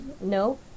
No